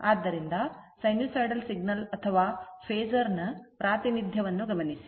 ಆದ್ದರಿಂದ sinusoidal signal ಫೇಸರ್ನ ಪ್ರಾತಿನಿಧ್ಯವನ್ನು ಗಮನಿಸಿ